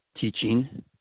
Teaching